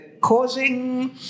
causing